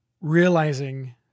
realizing